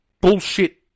bullshit